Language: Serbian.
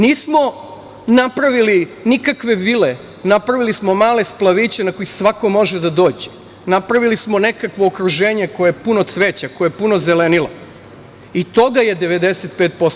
Nismo napravili nikakve vile, napravili smo male splavove na kojima može svako da dođe, napravili smo nekakvo okruženje koje je puno cveća, koje je puno zelenila i toga je 95%